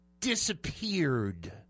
disappeared